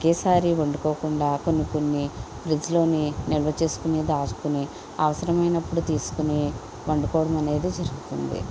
ఒకేసారి వండుకోకుండా కొన్నికొన్ని ఫ్రిడ్జ్ లోని నిల్వ చేసుకొని దాచుకొని అవసరమైనప్పుడు తీసుకుని వండుకోవడం అనేది జరుగుతుంది